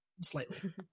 slightly